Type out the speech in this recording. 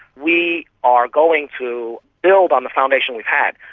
we are going to build on the foundation we've had.